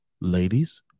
ladies